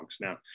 Now